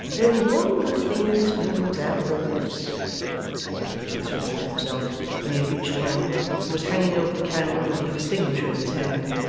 there's one good thing springs out of all this said richard swiviller to himself when he had reached home and was hanging over the candle with the extinguisher in his hand,